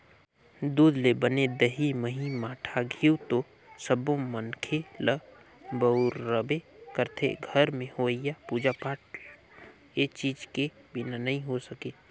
दूद ले बने दही, मही, मठा, घींव तो सब्बो मनखे ह बउरबे करथे, घर में होवईया पूजा पाठ ए चीज के बिना नइ हो सके